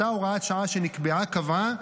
אותה הוראת שעה שנקבעה קבעה,